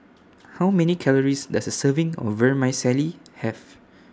How Many Calories Does A Serving of Vermicelli Have